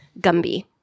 Gumby